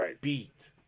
beat